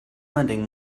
lending